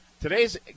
today's